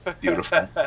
Beautiful